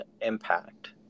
impact